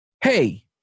Hey